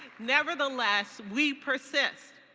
nevertheless we persist.